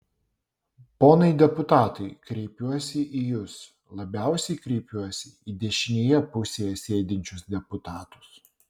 ponai deputatai kreipiuosi į jus labiausiai kreipiuosi į dešinėje pusėje sėdinčius deputatus